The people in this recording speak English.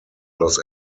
los